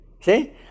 See